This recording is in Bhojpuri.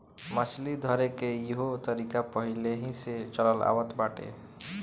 मछली धरेके के इहो तरीका पहिलेही से चलल आवत बाटे